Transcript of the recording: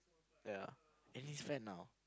ya and he's fat now